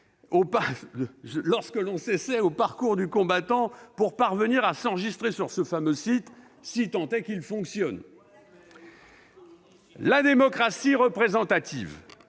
lorsque l'on s'essaie au parcours du combattant nécessaire pour s'enregistrer sur ce fameux site, lorsqu'il fonctionne ... La démocratie représentative